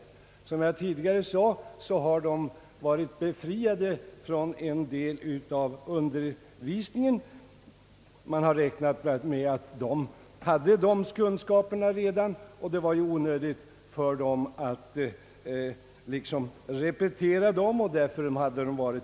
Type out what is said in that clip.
Såsom jag tidigare nämnt har de varit befriade från en del av undervisningen eftersom man räknat med att de redan hade de häremot svarande kunskaperna. Det skulle annars bli en onödig repetition av dessa kursdelar.